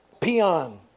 peon